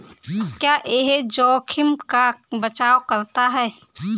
क्या यह जोखिम का बचाओ करता है?